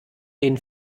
den